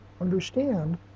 understand